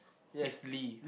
it's Lee